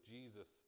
Jesus